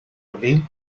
abril